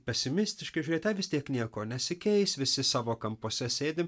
pesimistiškai žiūrėt ai vis tiek nieko nesikeis visi savo kampuose sėdim